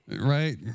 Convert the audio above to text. right